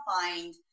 find